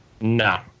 No